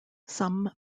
some